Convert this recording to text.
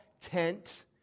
tent